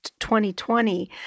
2020